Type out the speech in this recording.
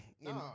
No